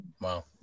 wow